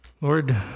Lord